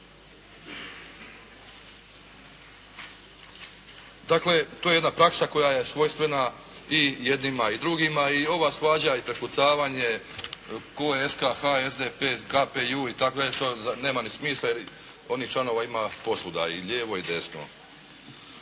Dakle, i to je jedna praksa koje je svojstvena i jednima i drugima i ova svađa i prepucavanje tko je SKH, SDP, KPJ itd. to nema ni smisla jer onih članova ima posvuda, i lijevo i desno.